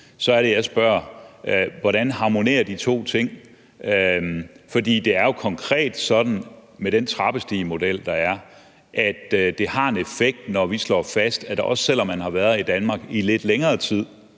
så er det jeg spørger: Hvordan harmonerer de to ting? For det er jo konkret sådan med den trappestigemodel, der er, at det har en effekt, når vi slår fast, at man også, selv om man har været i Danmark i lidt længere tid,